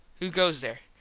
who goes there?